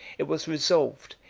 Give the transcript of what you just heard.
it was resolved,